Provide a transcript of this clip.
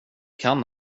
kan